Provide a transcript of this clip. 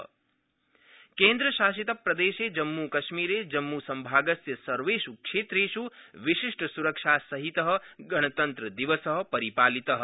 गणतन्त्रदिवसः जम्मू केन्द्रशासितप्रदेशे जम्मूकश्मीरे जम्मू संभागस्य सर्वेष् क्षेत्रेष् विशिष्टस्रक्षा सहितः गणतन्त्रदिवसः परिपालितः